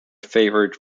favored